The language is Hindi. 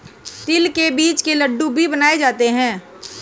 तिल के बीज के लड्डू भी बनाए जाते हैं